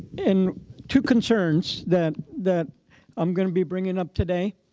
in two concerns that that i'm going to be bringing up today,